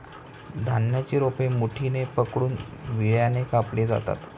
धान्याची रोपे मुठीने पकडून विळ्याने कापली जातात